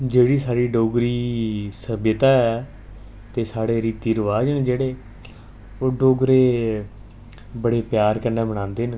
जेह्ड़ी साढ़ी डोगरी सभ्यता ऐ ते साढ़े रीति रवाज न जेह्ड़े ओह् डोगरे बड़े प्यार कन्नै मनांदे न